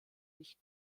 nicht